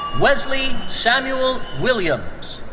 wesley samuel williams.